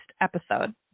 episode